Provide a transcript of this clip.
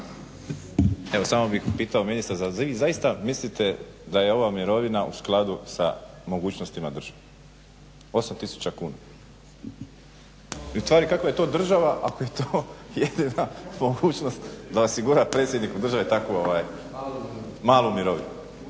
Evo samo bih pitao ministra zar zaista mislite da je ova mirovina u skladu sa mogućnostima države? 8 tisuća kuna? I ustvari kakva je to država ako je to mogućnost da osigura predsjedniku države takvu malu mirovinu?